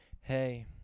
Hey